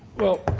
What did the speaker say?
well,